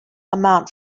amount